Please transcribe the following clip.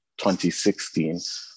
2016